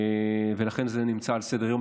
ולכן זה נמצא על סדר-היום,